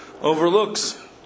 overlooks